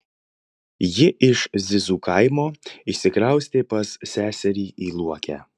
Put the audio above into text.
ji iš zizų kaimo išsikraustė pas seserį į luokę